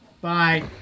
Bye